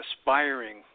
aspiring